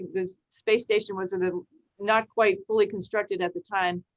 the space station wasn't ah not quite fully constructed at the time.